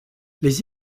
les